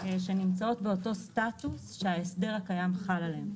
שנמצאות באותו סטטוס שההסדר הקיים חל עליהן.